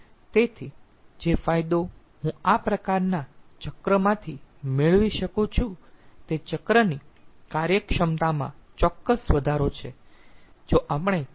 તેથી જે ફાયદો હું આ પ્રકારના ચક્રમાંથી મેળવી શકું છું તે ચક્રની કાર્યક્ષમતામાં ચોક્કસ વધારો છે